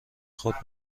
خود